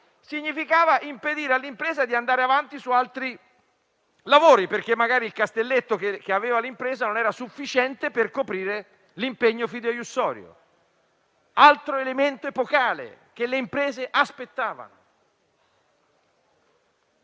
significava impedire all'impresa di andare avanti su altri lavori, perché magari il castelletto che aveva l'impresa non era sufficiente per coprire l'impegno fideiussorio. Si tratta quindi di un altro elemento epocale che le imprese aspettavano.